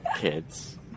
kids